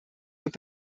with